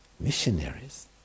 missionaries